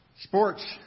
Sports